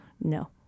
no